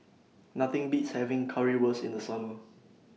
Nothing Beats having Currywurst in The Summer